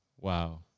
Wow